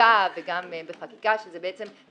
בפסיקה וגם בחקיקה שזה לא